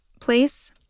place